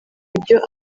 ibyo